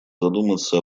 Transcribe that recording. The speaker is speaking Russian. задуматься